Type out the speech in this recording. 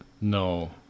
No